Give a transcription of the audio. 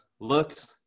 looks